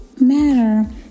matter